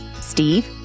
Steve